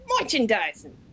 Merchandising